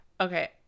okay